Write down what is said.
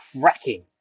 cracking